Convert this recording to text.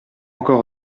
encore